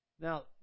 Now